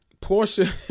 Portia